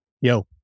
Yo